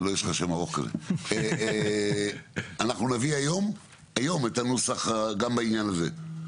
שנביא היום את הנוסח גם בעניין הזה.